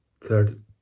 third